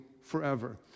forever